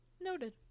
Noted